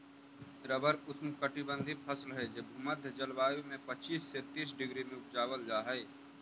rubber ऊष्णकटिबंधी फसल हई जे भूमध्य जलवायु में पच्चीस से तीस डिग्री में उपजावल जा हई